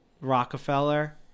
Rockefeller